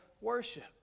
worship